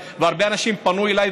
והרבה אנשים פנו אליי,